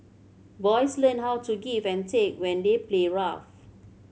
boys learn how to give and take when they play rough